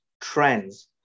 trends